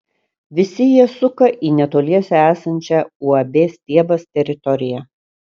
visi jie suka į netoliese esančią uab stiebas teritoriją